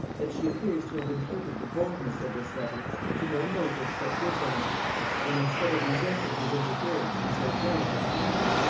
that she appears to have imputed the boldness of this letter to no motives but good ones and instead of resenting his interference in so delicate a matter,